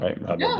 right